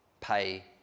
pay